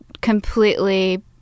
completely